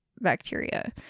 bacteria